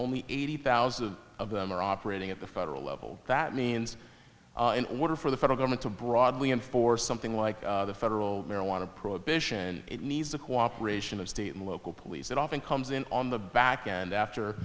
only eighty thousand of them are operating at the federal level that means in order for the federal government to broadly and for something like the federal marijuana prohibition it needs the cooperation of state and local police that often comes in on the back end after